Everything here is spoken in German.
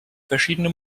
verschiedene